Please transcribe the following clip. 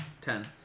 Ten